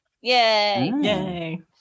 Yay